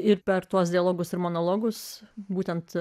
ir per tuos dialogus ir monologus būtent